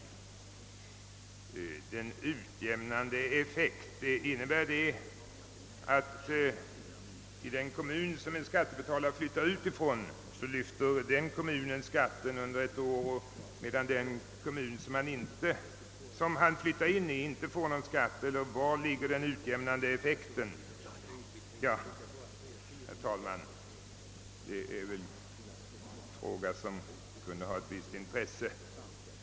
Innebär uttrycket »utjämnande effekt» att den kommun, som en skattebetalare flyttat ut från, lyfter skatten under ett år, medan den konimun, som vederbörande flyttar in i, inte får någon skatt? Eller vad ligger i uttrycket »utjämnande effekt»? Detta är en fråga som det väl kunde ha ett visst intresse att få svar på.